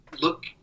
look